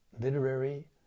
literary